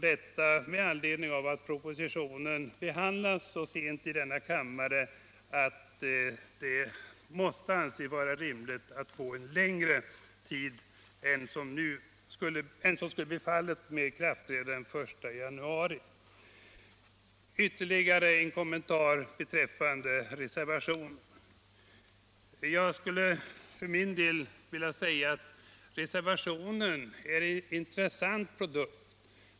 Detta med anledning av att propositionen behandlas så sent att det måste anses vara rimligt att få en längre tid än vad som skulle blivit fallet vid ett ikraftträdande den 1 januari. Jag skulle för min del vilja säga att reservationen är en intressant produkt.